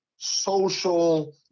social